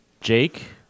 Jake